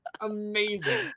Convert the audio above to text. Amazing